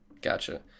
gotcha